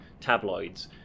tabloids